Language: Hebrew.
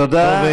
תודה.